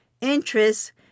interest